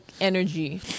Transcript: energy